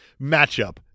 matchup